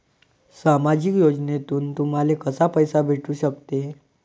सामाजिक योजनेतून तुम्हाले कसा पैसा भेटू सकते?